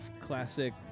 Classic